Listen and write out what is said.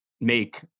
make